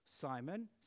Simon